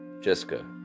Jessica